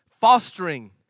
fostering